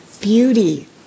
beauty